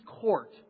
court